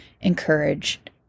encouraged